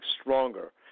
stronger